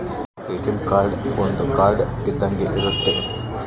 ATM card ಒಂದ್ card ಇದ್ದಂಗೆ ಇರುತ್ತೆ